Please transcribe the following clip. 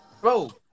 Bro